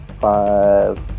five